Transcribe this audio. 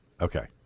okay